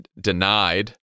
denied